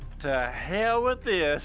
to hell with this,